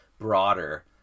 broader